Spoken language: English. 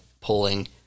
pulling